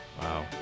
Wow